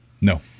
No